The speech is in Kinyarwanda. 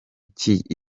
ikipe